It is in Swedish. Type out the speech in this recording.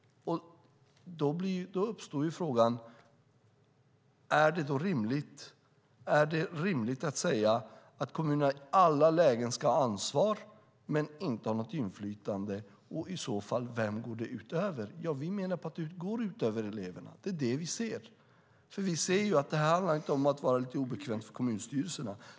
Då uppstår frågan: Är det rimligt att säga att kommunerna i alla lägen ska ha ansvar men inte något inflytande, och vem går det i så fall ut över? Vi menar att det går ut över eleverna. Det är det vi ser, för det handlar inte om att vara lite obekväm för kommunstyrelserna.